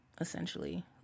Essentially